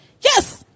Yes